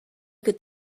could